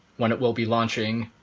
when it will be launching,